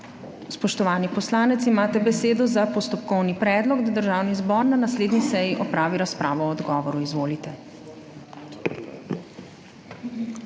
Spoštovani poslanec, imate besedo za postopkovni predlog, da Državni zbor na naslednji seji opravi razpravo o odgovoru. Izvolite.